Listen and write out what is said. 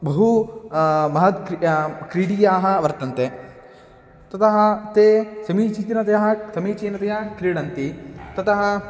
बहु महान्तः क्रीडा क्रीडकाः वर्तन्ते ततः ते समीचीनतया समीचीनतया क्रीडन्ति ततः